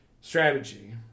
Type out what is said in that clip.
strategy